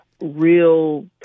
real